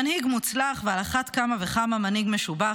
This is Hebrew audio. מנהיג מוצלח ועל אחת כמה וכמה מנהיג משובח